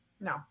no